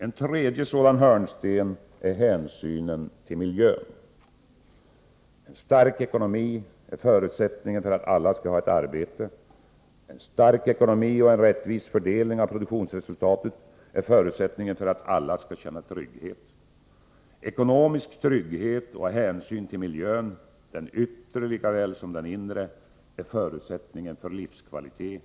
En tredje sådan hörnsten är hänsynen till miljön. En stark ekonomi är förutsättningen för att alla skall ha ett arbete. En stark ekonomi och en rättvis fördelning av produktionsresultatet är förutsättningen för att alla skall känna trygghet. Ekonomisk trygghet och hänsyn till miljön — den yttre lika väl som den inre — är förutsättningen för livskvalitet.